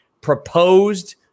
proposed